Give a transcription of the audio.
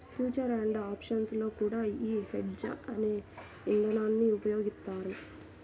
future and options లో కూడా యీ హెడ్జ్ అనే ఇదానాన్ని ఉపయోగిత్తారు